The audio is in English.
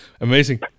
amazing